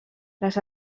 les